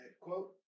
quote